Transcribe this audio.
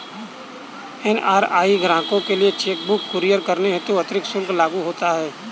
NRI ग्राहकों के लिए चेक बुक कुरियर करने हेतु अतिरिक्त शुल्क लागू होता है